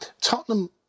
Tottenham